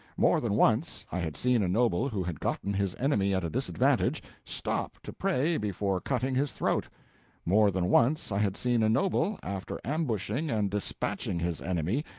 more than once i had seen a noble who had gotten his enemy at a disadvantage, stop to pray before cutting his throat more than once i had seen a noble, after ambushing and despatching his enemy,